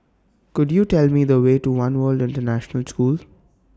Could YOU Tell Me The Way to one World International School